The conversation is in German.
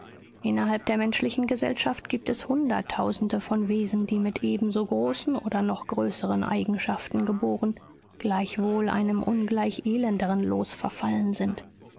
innerhalb der menschlichen gesellschaft gibt es hunderttausende von wesen die mit ebensogroßen oder noch größeren eigenschaften geboren gleichwohl einem ungleich elenderen los verfallen sind